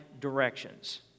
directions